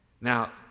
Now